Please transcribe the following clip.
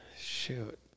Shoot